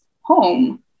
home